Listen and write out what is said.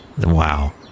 Wow